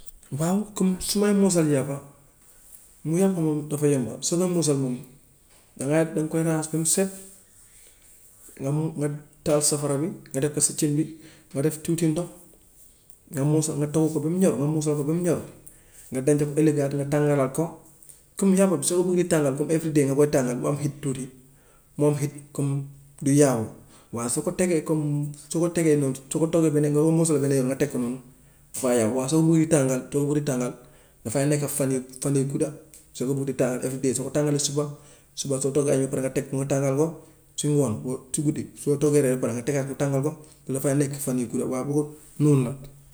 Waaw comme su may muusal yàppa, yàpp moom dafa yomba soo koy mussal moom dangay danga koy raxas ba mu set nga muu- nga taal safara bi nga def ko si cin bi nga def tuuti ndox nga muusal nga togg ko ba mu ñor nga muusal ko ba mu ñor nga denc ko nga tàngalaat ko. Comme yàpp bi soo ko buggee tàngal comme every day nga koy tàngal mu am eat tuuti mu am eat comme du ñaaw, waaye soo ko tegee comme soo ko tegee noonu su ko toggee benn nga muusal benn yoon nga teg ko noonu dafaa yàgg. Waaye sooy bugg di tàngal sooy bugg di tàngal dafay nekk fan yu fan yu gudda soo koy bugg di tàngal every day. Soo ko tàngalee suba, suba soo toggee añ ba pare nga teg ko nga tàngal ko si ngoon si guddi soo toggee reer ba pare nga tegaat nga tàngal ko mun na faa nekk fan yu gudda waaw noonu la.